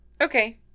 okay